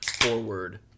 forward